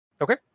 Okay